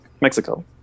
Mexico